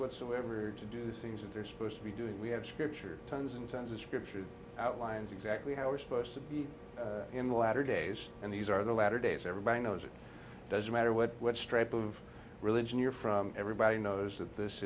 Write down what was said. whatsoever to do things that they're supposed to be doing we have scripture tons and tons of scripture outlines exactly how we're supposed to be in the latter days and these are the latter days everybody knows it doesn't matter what stripe of religion you're from everybody knows that this